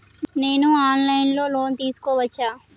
నేను online లో loan తీసుకోవచ్చా?